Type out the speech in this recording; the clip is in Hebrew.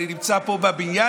אני נמצא פה בבניין,